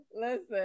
listen